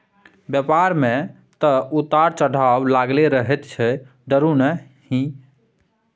बेपार मे तँ उतार चढ़ाव लागलै रहैत छै डरु नहि